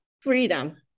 freedom